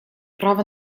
право